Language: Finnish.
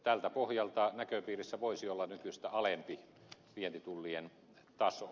tältä pohjalta näköpiirissä voisi olla nykyistä alempi vientitullien taso